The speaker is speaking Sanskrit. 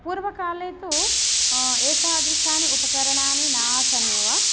पूर्वकाले तु एतादृशाणि उपकरणानि नासन्